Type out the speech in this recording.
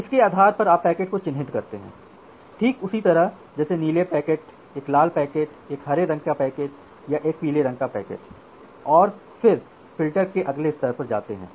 तो इसके आधार पर आप पैकेट को चिह्नित करते हैं ठीक उसी तरह जैसे नीले पैकेट एक लाल पैकेट एक हरे रंग का पैकेट या एक पीले रंग का पैकेट और फिर फ़िल्टर के अगले स्तर पर जाते हैं